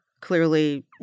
clearly